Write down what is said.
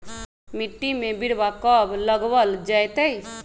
मिट्टी में बिरवा कब लगवल जयतई?